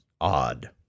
odd